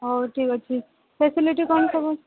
ହଉ ଠିକ୍ ଅଛି ଫାସିଲିଟି କ'ଣ ସବୁ